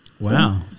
Wow